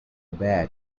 bad